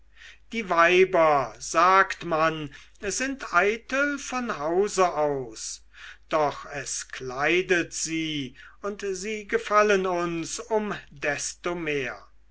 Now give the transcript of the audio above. die weiber sagt man sind eitel von hause aus doch es kleidet sie und sie gefallen uns um desto mehr